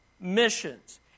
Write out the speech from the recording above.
missions